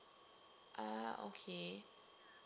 ah okay